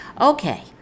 Okay